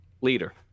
Leader